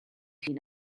llun